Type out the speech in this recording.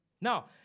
Now